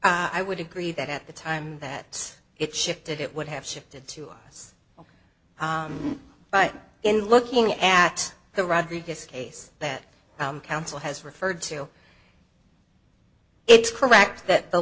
so i would agree that at the time that it shifted it would have shifted to us but in looking at the rodriguez case that counsel has referred to it's correct that the